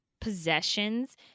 Possessions